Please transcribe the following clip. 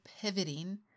pivoting